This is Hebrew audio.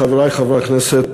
חברי חברי הכנסת,